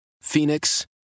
Phoenix